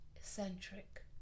Eccentric